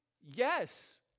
Yes